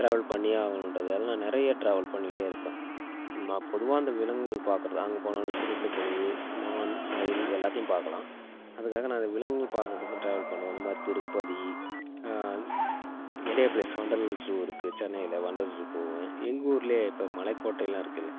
travel பண்ணியே ஆகணுன்றதால் நான் நிறைய ட்ராவல் பண்ணிகிட்டே இருப்பேன் நான் பொதுவாக இந்த விலங்குகள் பார்க்கறது அங்கே போனாலும் சிறுத்தை புலி மான் மயில் எல்லாத்தையும் பார்க்கலாம் அதுக்காக நான் இதை விலங்குகள் பார்க்கறதுக்கும் ட்ராவல் பண்ணுவேன் இந்தமாதிரி திருப்பதி நிறைய பிளேஸ் வண்டலூர் ஜூ இருக்கு சென்னையில் வண்டலூர் ஜூ போவேன் எங்கள் ஊர்லேயே இப்போ மலைக்கோட்டைலாம் இருக்குல்ல